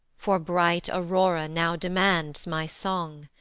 for bright aurora now demands my song.